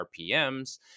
RPMs